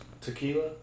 tequila